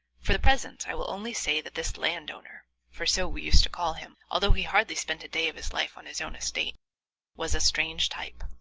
for the present i will only say that this landowner for so we used to call him, although he hardly spent a day of his life on his own estate was a strange type,